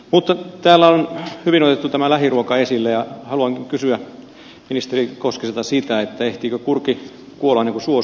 mutta täällä on hyvin otettu tämä lähiruoka esille ja haluankin kysyä ministeri koskiselta sitä ehtiikö kurki kuolla ennen kuin suo sulaa